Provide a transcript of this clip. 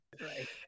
right